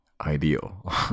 Ideal